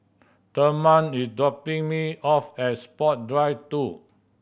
Therman is dropping me off at Sports Drive Two